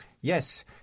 yes